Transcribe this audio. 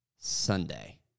Sunday